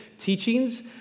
teachings